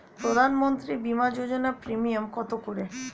প্রধানমন্ত্রী বিমা যোজনা প্রিমিয়াম কত করে?